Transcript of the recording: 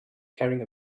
carrying